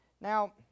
Now